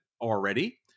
already